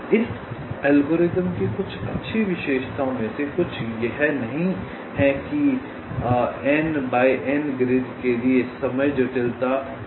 इस एल्गोरिथ्म की कुछ अच्छी विशेषताओं में से कुछ यह नहीं है कि ग्रिड के लिए समय जटिलता है